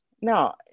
No